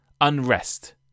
Unrest